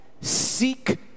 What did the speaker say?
Seek